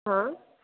हाँ